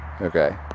Okay